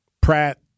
Pratt